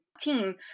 team